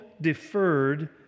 deferred